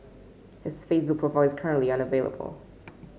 his Facebook profile is currently unavailable